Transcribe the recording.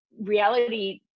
reality